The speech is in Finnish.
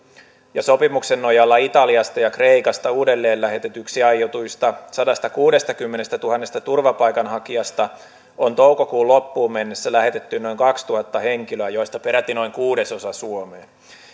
ja sopimuksen nojalla italiasta ja kreikasta uudelleen lähetetyksi aiotuista sadastakuudestakymmenestätuhannesta turvapaikanhakijasta on toukokuun loppuun mennessä lähetetty noin kaksituhatta henkilöä joista peräti noin kuudesosa suomeen